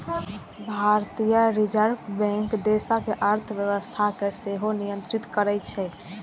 भारतीय Reserve Bank देशक अर्थव्यवस्था कें सेहो नियंत्रित करै छै